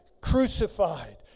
crucified